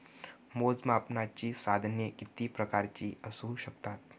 मोजमापनाची साधने किती प्रकारची असू शकतात?